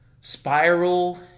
spiral